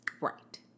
Right